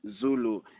Zulu